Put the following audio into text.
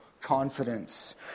confidence